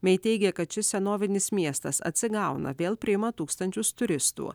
mei teigia kad šis senovinis miestas atsigauna vėl priima tūkstančius turistų